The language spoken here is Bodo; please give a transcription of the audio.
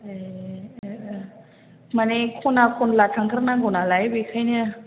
ए माने ख'ना खनला थांथारनांगौ नालाय बेखायनो